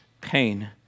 pain